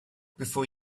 before